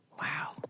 Wow